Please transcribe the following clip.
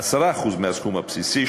10% מהסכום הבסיסי,